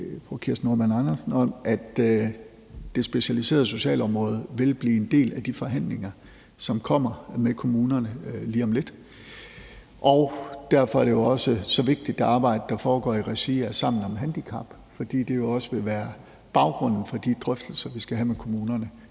fru Kirsten Normann Andersen i, at det specialiserede socialområde vil blive en del af de forhandlinger med kommunerne, som kommer lige om lidt. Derfor er det arbejde, der foregår i regi af Sammen om handicap, også så vigtigt, fordi det jo vil være baggrunden for de drøftelser, vi skal have med kommunerne